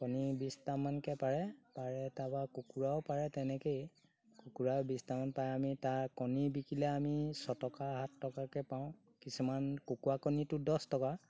কণী বিছটামানকৈ পাৰে পাৰে তাৰপৰা কুকুৰাইও পাৰে তেনেকৈয়ে কুকুৰা বিছটামান পাৰে আমি তাৰ কণী বিকিলে আমি ছটকা সাত টকাকৈ পাওঁ কিছুমান কুকুৰা কণীটো দহ টকা